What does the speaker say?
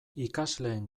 ikasleen